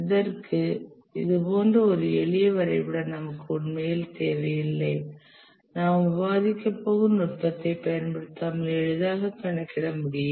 இதற்கு இது போன்ற ஒரு எளிய வரைபடம் நமக்கு உண்மையில் தேவையில்லை நாம் விவாதிக்கப் போகும் நுட்பத்தைப் பயன்படுத்தாமல் எளிதாக கணக்கிட முடியும்